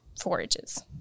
forages